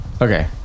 okay